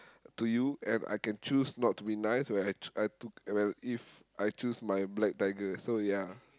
to you and I can choose not to be nice where I t~ I t~ where if I choose my black tiger so ya